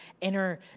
inner